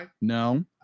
No